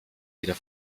wieder